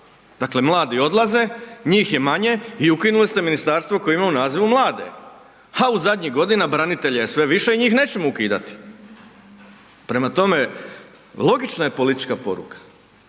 Dakle, mladi odlaze, njih je manje i ukinuli ste ministarstvo koje ima u nazivu mlade, a u zadnjih godina branitelja je sve više, njih nećemo ukidati. Prema tome, logična je politička poruka.